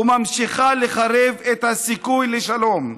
וממשיכה לחרב את הסיכוי לשלום.